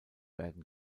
werden